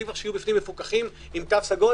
עדיף שיהיו בפנים מפוקחים עם תו סגול